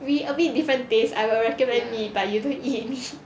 we a bit different taste I will recommend meat but you don't eat meat